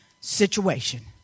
situation